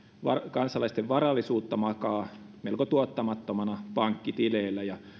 kansalaisten varallisuutta makaa melko tuottamattomana pankkitileillä ja